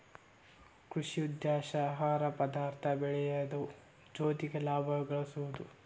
ಕೃಷಿ ಉದ್ದೇಶಾ ಆಹಾರ ಪದಾರ್ಥ ಬೆಳಿಯುದು ಜೊತಿಗೆ ಲಾಭಾನು ಗಳಸುದು